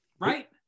Right